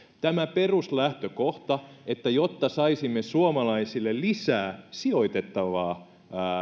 tämä peruslähtökohta että saisimme suomalaisille lisää sijoitettavaa